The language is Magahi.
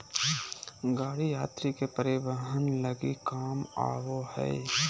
गाड़ी यात्री के परिवहन लगी काम आबो हइ